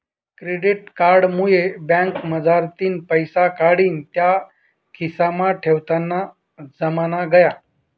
credit card मुये बँकमझारतीन पैसा काढीन त्या खिसामा ठेवताना जमाना गया